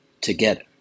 together